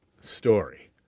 story